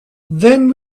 then